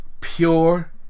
Pure